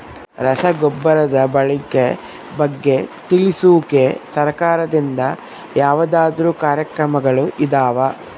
ರಸಗೊಬ್ಬರದ ಬಳಕೆ ಬಗ್ಗೆ ತಿಳಿಸೊಕೆ ಸರಕಾರದಿಂದ ಯಾವದಾದ್ರು ಕಾರ್ಯಕ್ರಮಗಳು ಇದಾವ?